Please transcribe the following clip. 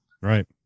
Right